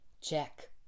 Check